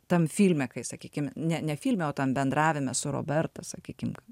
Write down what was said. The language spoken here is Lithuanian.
tam filme kai sakykim ne ne filme o bendravime su roberta sakykim